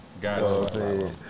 Gotcha